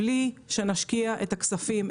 בלי שנשקיע את הכספים,